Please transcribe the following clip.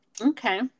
Okay